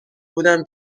بودم